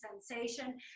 sensation